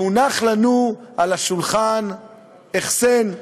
והונח לנו על השולחן החסן,